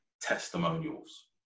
testimonials